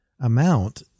amount